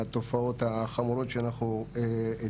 אני לא יכול להתייחס לנסיבות ספציפיות של המקרה.